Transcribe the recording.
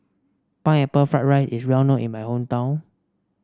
Pineapple Fried Rice is well known in my hometown